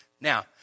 Now